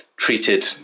Treated